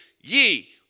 ye